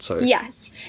Yes